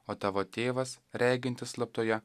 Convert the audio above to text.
o tavo tėvas regintis slaptoje